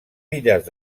illes